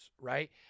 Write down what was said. right